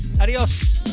adios